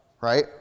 right